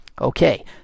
Okay